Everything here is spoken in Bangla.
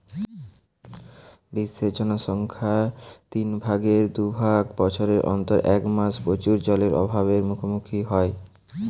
বিশ্বের জনসংখ্যার তিন ভাগের দু ভাগ বছরের অন্তত এক মাস প্রচুর জলের অভাব এর মুখোমুখী হয়